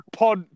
pod